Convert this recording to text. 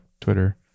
Twitter